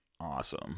awesome